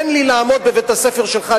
תן לי לעמוד בבית-הספר שלך,